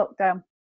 lockdown